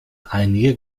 einige